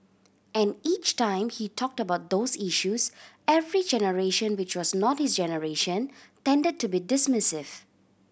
and each time he talked about those issues every generation which was not his generation tended to be dismissive